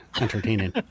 entertaining